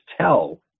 tell